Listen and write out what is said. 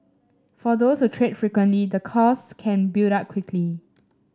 for those who trade frequently the costs can build up quickly